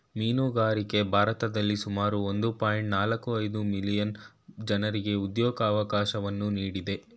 ಮೀನುಗಾರಿಕೆ ಭಾರತದಲ್ಲಿ ಸುಮಾರು ಒಂದು ಪಾಯಿಂಟ್ ನಾಲ್ಕು ಐದು ಮಿಲಿಯನ್ ಜನರಿಗೆ ಉದ್ಯೋಗವಕಾಶವನ್ನು ನೀಡಿದೆ